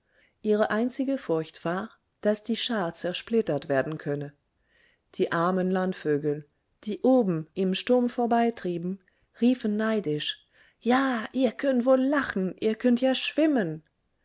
ihre einzige furcht war daß die schar zersplittert werden könne die armen landvögel die oben im sturm vorbeitrieben riefen neidisch ja ihr könnt wohl lachen ihr könnt ja schwimmen